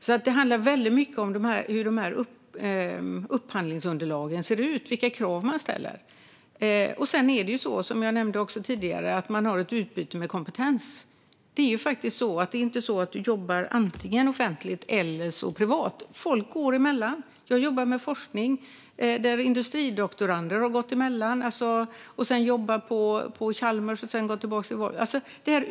Det handlar alltså väldigt mycket om hur upphandlingsunderlagen ser ut och vilka krav man ställer. Sedan är det så, som jag nämnde tidigare, att man har ett utbyte av kompetens. Det är inte så att du jobbar antingen offentligt eller privat. Folk går emellan. Jag jobbade med forskning. Industridoktorander har gått emellan. Man jobbar på Chalmers och går sedan tillbaka.